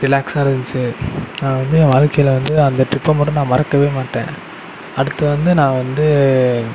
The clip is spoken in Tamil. ரிலாக்ஸாக இருந்துச்சி நான் வந்து என் வாழ்க்கையில் வந்து அந்த ட்ரிப்பை மட்டும் நான் மறக்க மாட்டேன் அடுத்து வந்து நான் வந்து